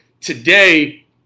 today